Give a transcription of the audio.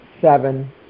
seven